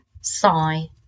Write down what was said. sigh